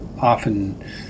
often